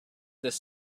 this